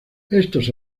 estos